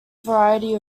variety